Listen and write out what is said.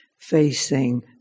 facing